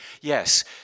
Yes